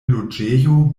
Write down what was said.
loĝejo